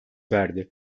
verdi